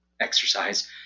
exercise